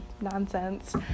nonsense